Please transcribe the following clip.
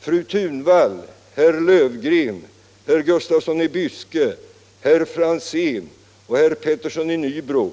Fru Thunvall, herr Löfgren, herr Gustafsson i Byske, herr Franzén och herr Petersson i Nybro